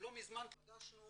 לא מזמן פגשנו